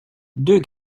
deux